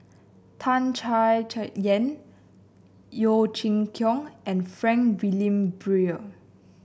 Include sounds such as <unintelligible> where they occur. Tan Chay <unintelligible> Yan Yeo Chee Kiong and Frank Wilmin Brewer